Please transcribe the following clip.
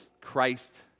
Christ